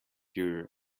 your